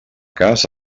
cas